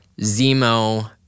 Zemo